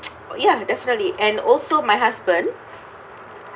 ya definitely and also my husband